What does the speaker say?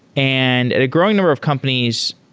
and and a growing number of companies,